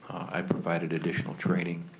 i provided additional training.